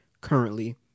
currently